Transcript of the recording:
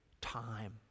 time